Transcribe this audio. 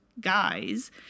guys